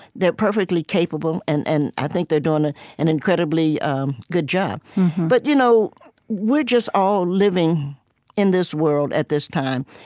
they're perfectly capable, and and i think they're doing an and incredibly um good job but you know we're just all living in this world at this time.